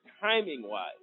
timing-wise